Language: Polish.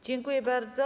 Dziękuję bardzo.